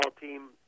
team